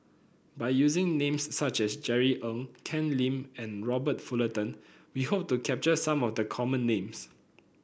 by using names such as Jerry Ng Ken Lim and Robert Fullerton we hope to capture some of the common names